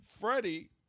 Freddie